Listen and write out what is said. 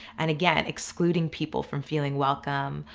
and again excluding people from feeling welcome,